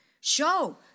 show